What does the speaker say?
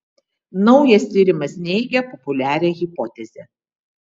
naujas tyrimas neigia populiarią hipotezę